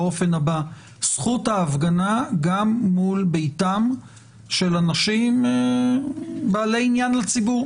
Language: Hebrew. גם מול ביתם של אנשים בעלי עניין לציבור